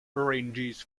ranges